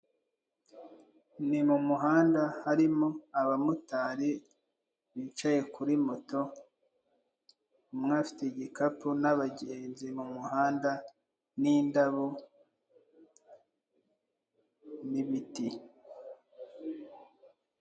Ni mu muhanda harimo abamotari bicaye kuri moto, umwe afite igikapu n'abagenzi mu muhanda n'indabo n'ibiti.